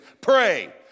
Pray